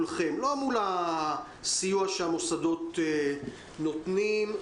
לא מול הסיוע שהמוסדות נותנים,